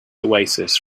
oasis